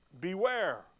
Beware